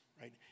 right